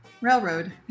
Railroad